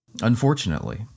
Unfortunately